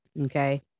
Okay